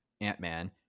ant-man